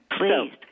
Please